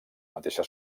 mateixa